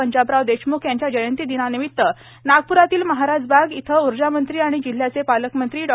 पंजाबराव देशम्ख यांच्या जयंतीदिनानिमित नागप्रातील महाराज बाग येथे ऊर्जा मंत्री तथा जिल्ह्याचे पालकमंत्री डॉ